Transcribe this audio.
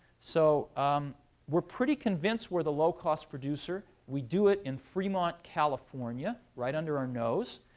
so we're pretty convinced we're the low-cost producer. we do it in fremont, california, right under our nose.